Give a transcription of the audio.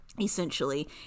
essentially